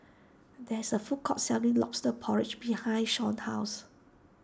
there is a food court selling Lobster Porridge behind Shon's house